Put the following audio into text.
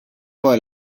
poi